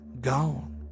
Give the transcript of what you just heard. gone